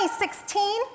2016